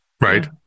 Right